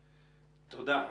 תודה.